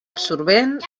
absorbent